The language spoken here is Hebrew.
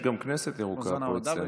יש גם כנסת ירוקה פה אצלנו.